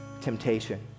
temptation